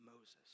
Moses